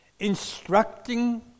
Instructing